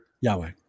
Yahweh